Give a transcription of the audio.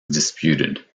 disputed